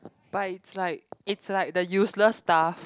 but it's like it's like the useless stuff